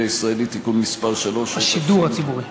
הישראלי (תיקון מס' 3) השידור הציבורי.